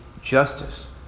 justice